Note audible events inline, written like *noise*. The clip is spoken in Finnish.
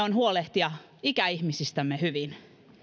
*unintelligible* on huolehtia ikäihmisistämme hyvin